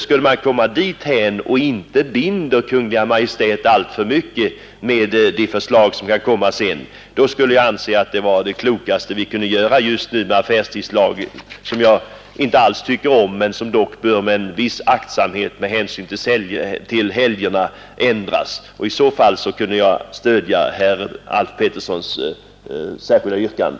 Skulle man komma dithän och inte binda Kungl. Maj:t alltför mycket med de förslag som kan komma sedan, skulle jag anse att det var det klokaste vi kunde göra just nu med affärstidslagen, som jag inte alls tycker om men som dock bör ändras med en viss aktsamhet med hänsyn till helgerna, och i så fall kan jag stödja herr Alf Petterssons särskilda yrkande.